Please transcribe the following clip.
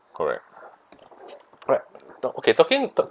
correct right okay talking talk